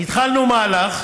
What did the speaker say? התחלנו מהלך